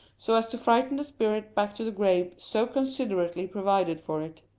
so as to frighten the spirit back to the grave so considerately provided for it.